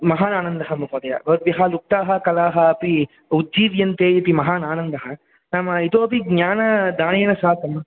महान् आनन्दः महोदय भवद्भ्यः लुप्ताः कलाः अपि उज्जीव्यन्ते इति महान् आनन्दः नाम इतोऽपि ज्ञानदानेन साकं